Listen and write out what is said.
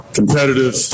competitive